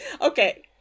Okay